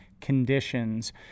conditions